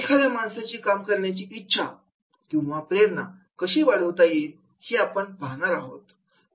एखाद्या माणसाची काम करण्याची इच्छा किंवा प्रेरणा कशी वाढवता येईल हे आपण पाहणार आहोत